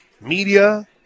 media –